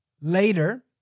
Later